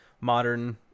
modern